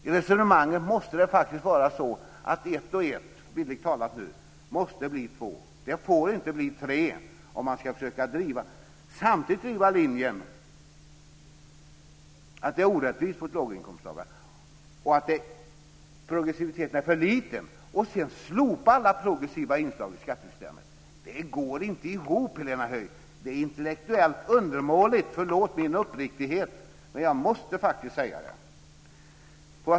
I resonemanget måste faktiskt ett och ett, bildligt talat, bli två. Det får inte bli tre om man samtidigt ska försöka driva linjen att det är orättvist mot låginkomsttagarna och att progressiviteten är för liten och sedan slopar alla progressiva inslag i skattesystemet. Det går inte ihop, Helena Höij. Det är intellektuellt undermåligt. Förlåt min uppriktighet, men jag måste faktiskt säga det.